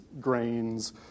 grains